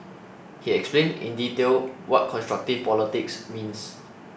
he explained in detail what constructive politics means